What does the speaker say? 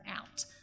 out